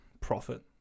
profit